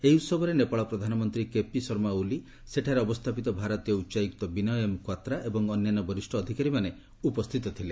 ଏହି ଉତ୍ସବରେ ନେପାଳ ପ୍ରଧାନମନ୍ତ୍ରୀ କେପି ଶର୍ମା ଓଲି ସେଠାରେ ଅବସ୍ଥାପିତ ଭାରତୀୟ ଉଚ୍ଚାୟୁକ୍ତ ବିନୟ ଏମ୍ କ୍ୱାତ୍ରା ଏବଂ ଅନ୍ୟାନ୍ୟ ବରିଷ୍ଣ ଅଧିକାରୀମାନେ ଉପସ୍ଥିତ ଥିଲେ